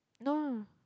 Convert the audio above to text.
no